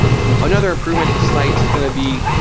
another improvement to sites is going to be